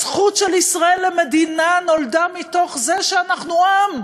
הזכות של ישראל למדינה נולדה מתוך זה שאנחנו עם,